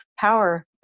power